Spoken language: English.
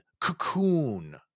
Cocoon